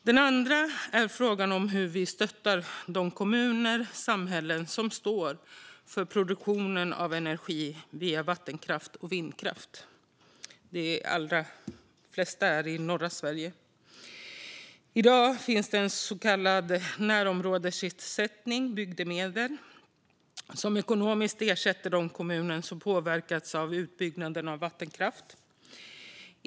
Det andra förslaget gäller hur vi stöttar de kommuner och samhällen som står för produktionen av energi via vattenkraft och vindkraft; de allra flesta finns i norra Sverige. I dag finns det en närområdesersättning, så kallade bygdemedel, som ekonomiskt ersätter de kommuner som påverkats av utbyggnaden av vattenkraft.